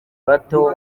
bato